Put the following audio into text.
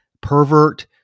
pervert